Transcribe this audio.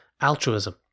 altruism